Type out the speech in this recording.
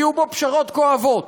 היו בו פשרות כואבות,